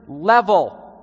level